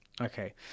Okay